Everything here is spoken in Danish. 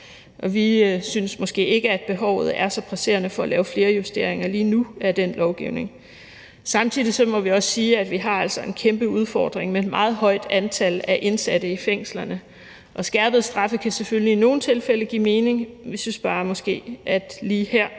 Vi synes måske ikke, at behovet for at lave flere justeringer af den lovgivning er så presserende lige nu. Samtidig må vi også sige, at vi altså har en kæmpe udfordring med et meget højt antal af indsatte i fængslerne, og skærpede straffe kan selvfølgelig i nogle tilfælde give mening. Vi synes bare, at det måske lige her